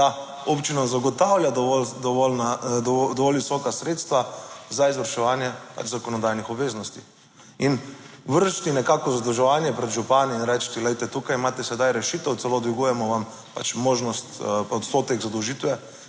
občinam zagotavlja dovolj visoka sredstva za izvrševanje zakonodajnih obveznosti. In vreči nekako zadolževanje pred župani. in reči, glejte, tukaj imate sedaj rešitev, celo dvigujemo vam pač možnost odstotek zadolžitve